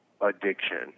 addiction